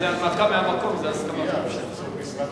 זה הנמקה מהמקום, זה הסכמת ממשלה.